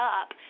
up